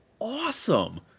awesome